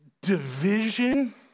Division